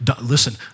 Listen